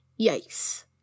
Yikes